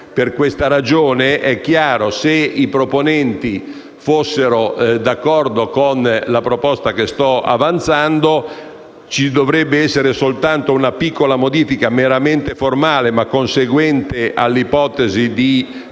Per questa ragione, se si proponenti fossero d'accordo con la proposta che sto avanzando, ci dovrebbe essere soltanto una piccola modifica, meramente formale ma conseguente all'ipotesi di